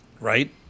Right